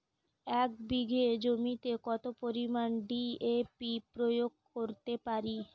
এক বিঘা জমিতে কত পরিমান ডি.এ.পি প্রয়োগ করতে পারি?